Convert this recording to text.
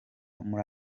muri